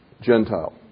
Gentile